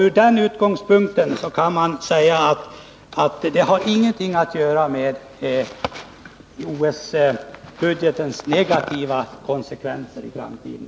Idrottsanslagen har alltså ingenting att göra med OS budgetens negativa konsekvenser i framtiden.